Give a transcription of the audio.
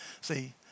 See